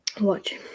watch